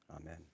Amen